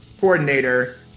coordinator